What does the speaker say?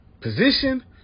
position